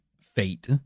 fate